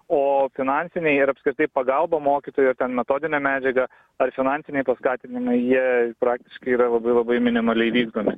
o finansiniai ir apskritai pagalba mokytojui ten metodinė medžiaga ar finansiniai paskatinimai jie praktiškai yra labai labai minimaliai vykdomi